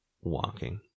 walking